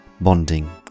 bonding